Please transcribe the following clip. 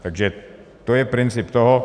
Takže to je princip toho.